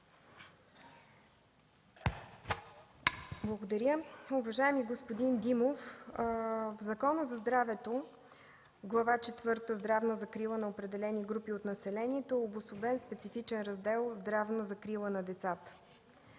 Благодаря. Уважаеми господин Димов, в Закона за здравето в Глава четвърта „Здравна закрила на определени групи от населението” е обособен специфичен раздел „Здравна закрила на децата”.